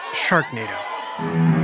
Sharknado